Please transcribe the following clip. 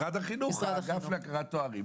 משרד החינוך, האגף להכרת תארים.